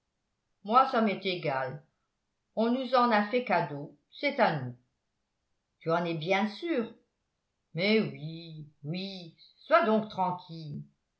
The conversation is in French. moi ça m'est égal on nous en a fait cadeau c'est à nous tu en es bien sûr mais oui oui sois donc tranquille